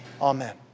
Amen